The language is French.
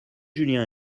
julien